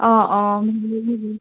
অঁ অঁ